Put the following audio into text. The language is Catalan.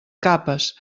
capes